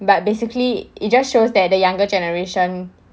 but basically it just shows that the younger generation